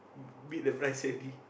beat the price already